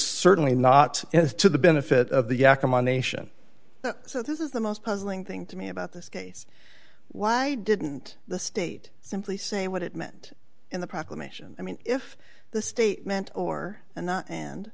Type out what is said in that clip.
certainly not as to the benefit of the yeah c'mon nation so this is the most puzzling thing to me about this case why didn't the state simply say what it meant in the proclamation i mean if the statement or and